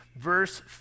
verse